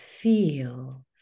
feel